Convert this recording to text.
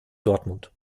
dortmund